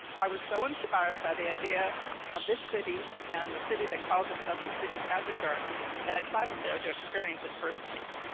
i was so inspired by the idea of this city, and the city that calls itself the city as a garden, that i traveled there to experience it firsthand.